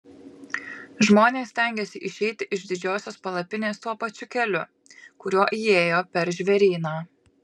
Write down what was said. žmonės stengiasi išeiti iš didžiosios palapinės tuo pačiu keliu kuriuo įėjo per žvėryną